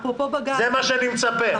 זה מה שאני מצפה,